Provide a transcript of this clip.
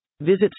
Visit